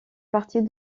partie